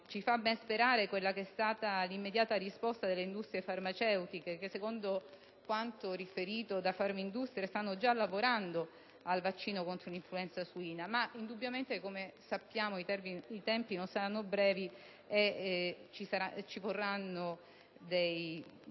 Ci fa ben sperare l'immediata risposta delle industrie farmaceutiche che, secondo quanto riferito da Farmindustria, stanno già lavorando al vaccino contro l'influenza suina. Come sappiamo, i tempi non saranno brevi e ci vorranno dei mesi.